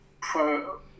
pro